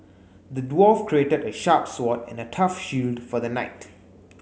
the dwarf crafted a sharp sword and a tough shield for the knight